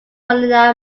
molina